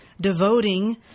devoting